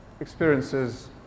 experiences